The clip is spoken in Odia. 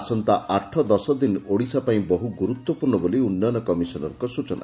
ଆସନ୍ତା ଆଠ ଦଶଦିନ ଓଡ଼ିଶାପାଇଁ ବହୁ ଗୁରୁତ୍ୱପୂର୍ଣ୍ଣ ବୋଲି ଉନ୍ନୟନ କମିଶନର୍ଙ୍ ସୂଚନା